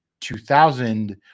2000